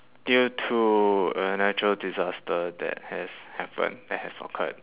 due to a natural disaster that has happened that has occurred